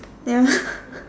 nevermind